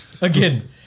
Again